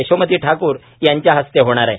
यशोमती ठाकूर यांच्या हस्ते होणार आहे